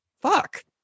Fuck